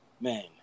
Man